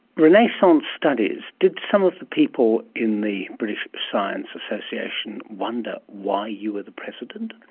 renaissance studies, did some of the people in the british science association wonder why you were the president?